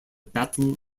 battle